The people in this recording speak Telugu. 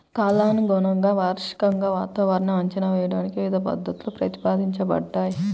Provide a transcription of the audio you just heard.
కాలానుగుణంగా, వార్షికంగా వాతావరణాన్ని అంచనా వేయడానికి వివిధ పద్ధతులు ప్రతిపాదించబడ్డాయి